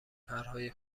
پرهای